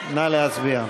נא להצביע.